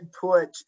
put